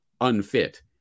unfit